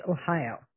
Ohio